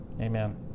Amen